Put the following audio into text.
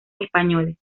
españoles